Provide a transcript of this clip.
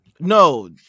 No